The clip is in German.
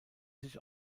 sich